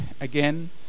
again